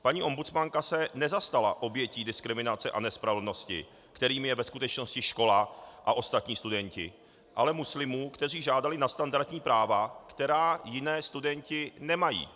Paní ombudsmanka se nezastala obětí diskriminace a nespravedlnosti, kterými je ve skutečnosti škola a ostatní studenti, ale muslimů, kteří žádali nadstandardní práva, která jiní studenti nemají.